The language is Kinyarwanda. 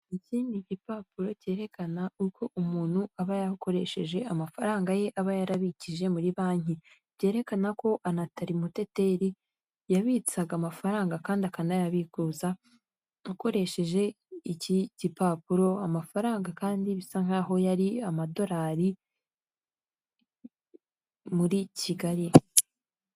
Mu nzu y'ubwiteganyirize mu kwivuza ya ara esi esibi hicayemo abantu benshi batandukanye, higanjemo abakozi b'iki kigo ndetse n'abaturage baje kwaka serivise.